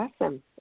awesome